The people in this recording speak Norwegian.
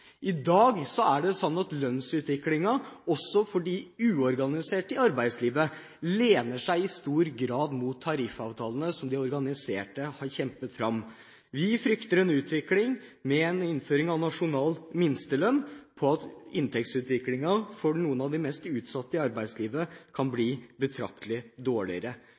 I dag er det sånn at lønnsutviklingen, også for de uorganiserte i arbeidslivet, i stor grad lener seg mot tariffavtalene som de organiserte har kjempet fram. Vi frykter at en utvikling med innføring av nasjonal minstelønn kan føre til at inntektsutviklingen for noen av de mest utsatte i arbeidslivet kan bli betraktelig dårligere.